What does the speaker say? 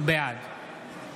בעד